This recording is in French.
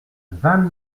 vingt